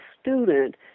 student